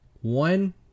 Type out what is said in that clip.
One